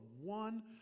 one